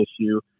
issue